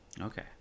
Okay